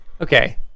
Okay